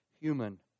human